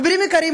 חברים יקרים,